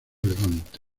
levante